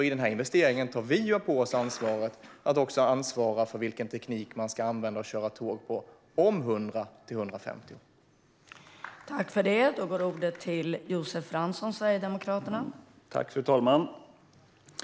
I denna investering tar vi på oss att ansvara för vilken teknik som ska användas för att köra tåg om 100-150 år.